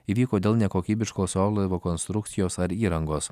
įvyko dėl nekokybiškos orlaivio konstrukcijos ar įrangos